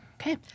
Okay